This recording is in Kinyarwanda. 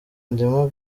ndimo